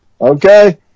Okay